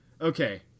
Okay